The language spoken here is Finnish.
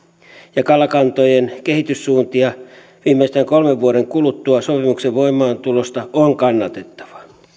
ja kalakantojen kehityssuuntia viimeistään kolmen vuoden kuluttua sopimuksen voimaantulosta on kannatettava